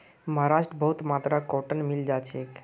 महाराष्ट्रत बहुत मात्रात कॉटन मिल छेक